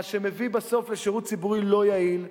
מה שמביא בסוף לשירות ציבורי לא יעיל,